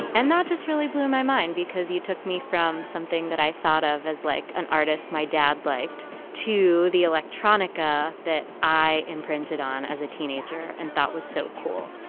and that just really blew my mind because you took me from something that i thought of as like an artist. my dad liked to the electronica that i imprinted on as a teenager and that was so cool